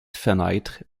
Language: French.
fenêtres